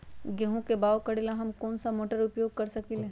गेंहू के बाओ करेला हम कौन सा मोटर उपयोग कर सकींले?